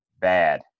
bad